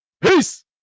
peace